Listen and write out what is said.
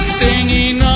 singing